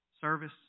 service